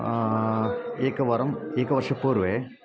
एकवारम् एकवर्षपूर्वे